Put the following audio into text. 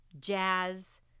jazz